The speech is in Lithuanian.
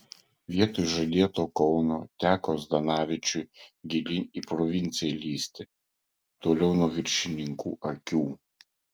vietoj žadėto kauno teko zdanavičiui gilyn į provinciją lįsti toliau nuo viršininkų akių